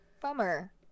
bummer